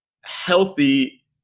healthy